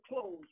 close